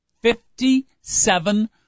Fifty-seven